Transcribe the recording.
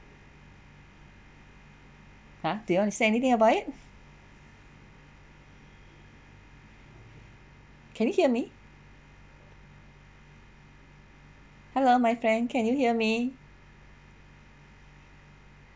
!huh! do you want to say anything about it can you hear me hello my friend can you hear me